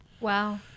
Wow